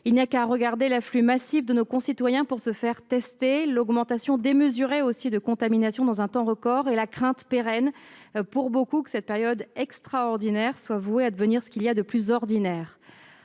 il n'y a qu'à observer l'afflux massif de nos concitoyens pour se faire tester, l'augmentation démesurée des contaminations dans un temps record, ou la crainte pérenne pour beaucoup que cette période extraordinaire soit vouée à devenir ce qu'il y a de plus ordinaire.